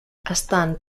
estan